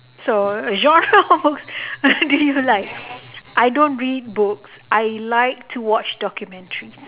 so genre of do you like I don't read books I like to watch documentaries